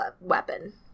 weapon